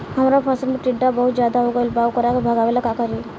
हमरा फसल में टिड्डा बहुत ज्यादा हो गइल बा वोकरा के भागावेला का करी?